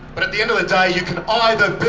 but at the end of the day you can either be